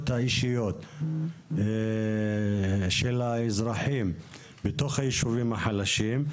האישיות של האזרחים בתוך היישובים החלשים.